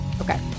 Okay